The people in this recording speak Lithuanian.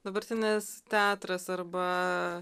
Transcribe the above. dabartinis teatras arba